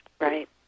Right